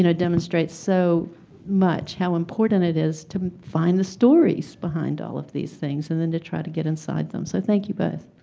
you know demonstrates so much how important it is to find the stories behind all of these things, and then to try to get inside them. so thank you both.